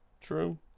true